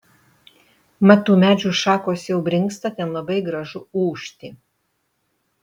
mat tų medžių šakos jau brinksta ten labai gražu ūžti